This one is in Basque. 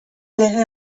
lege